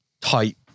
tight